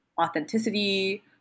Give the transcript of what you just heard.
authenticity